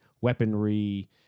weaponry